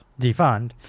defund